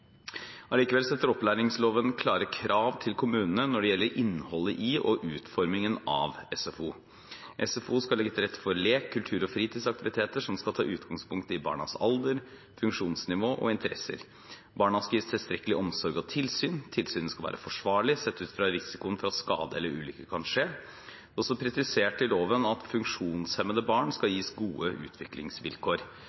Allikevel setter opplæringsloven klare krav til kommunene når det gjelder innholdet i og utformingen av SFO. SFO skal legge til rette for lek og kultur- og fritidsaktiviteter som skal ta utgangspunkt i barnas alder, funksjonsnivå og interesser. Barna skal gis tilstrekkelig omsorg og tilsyn. Tilsynet skal være forsvarlig, sett ut ifra risikoen for at skade eller ulykke kan skje. Det er også presisert i loven at funksjonshemmede barn skal